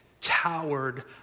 towered